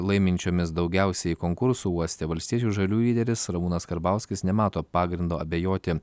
laiminčiomis daugiausiai konkursų uoste valstiečių ir žaliųjų lyderis ramūnas karbauskis nemato pagrindo abejoti